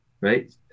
right